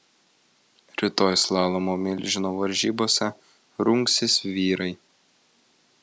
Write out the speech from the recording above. rytoj slalomo milžino varžybose rungsis vyrai